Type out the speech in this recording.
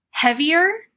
heavier